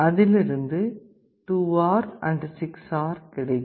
அதிலிருந்து 2R and 6R கிடைக்கும்